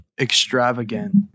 Extravagant